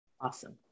Awesome